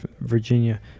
Virginia